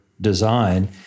design